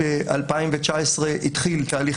התכנית